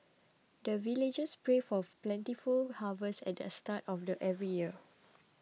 the villagers pray for plentiful harvest at the start of every year